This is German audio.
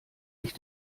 ich